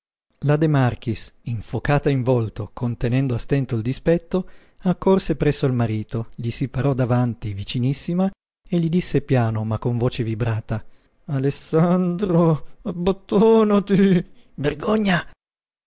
la de marchis infocata in volto contenendo a stento il dispetto accorse presso il marito gli si parò davanti vicinissima e gli disse piano ma con voce vibrata alessandro abbottonati vergogna